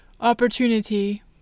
opportunity